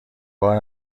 بار